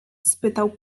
spytał